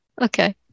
Okay